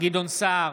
גדעון סער,